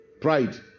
Pride